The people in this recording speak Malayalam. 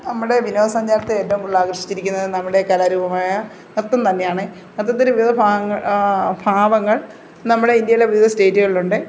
നമ്മുടെ വിനോദസഞ്ചാരത്തെ ഏറ്റവും കൂടുതൽ ആകർഷിച്ചിരിക്കുന്നത് നമ്മുടെ കലാരൂപമായ നൃത്തം തന്നെയാണ് നൃത്തത്തിന് വിവിധ ഭാ ഭാവങ്ങൾ നമ്മുടെ ഇന്ത്യയിലെ വിവിധ സ്റ്റേറ്റുകളിൽ ഉണ്ട്